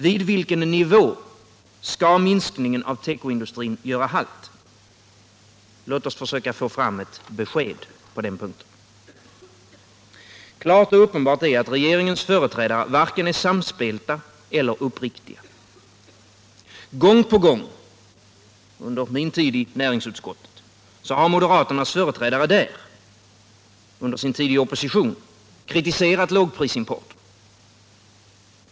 Vid vilken nivå skall minskningen av tekoindustrin göra halt? Låt oss få ett besked på den punkten! Klart och uppenbart är att regeringens företrädare varken är samspelta eller uppriktiga. Gång på gång under min tid i näringsutskottet har moderaternas företrädare där, när de var i opposition, kritiserat lågprisimporten.